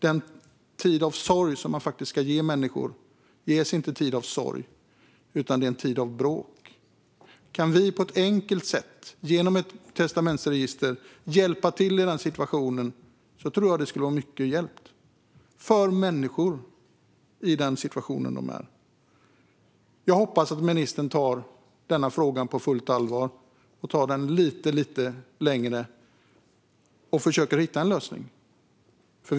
Den tid av sorg som man ska ge människor blir inte en tid av sorg utan en tid av bråk. Kan vi på ett enkelt sätt genom ett testamentsregister hjälpa till i den situationen tror jag att mycket skulle vara hjälpt för människor. Jag hoppas att ministern tar denna fråga på fullt allvar, tar den lite längre och försöker hitta en lösning.